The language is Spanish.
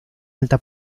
alta